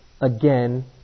again